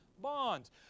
bonds